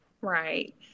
Right